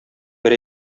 бер